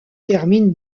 termine